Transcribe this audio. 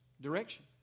direction